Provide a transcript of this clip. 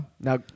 Now